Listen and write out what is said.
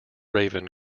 raven